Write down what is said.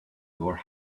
your